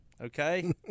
Okay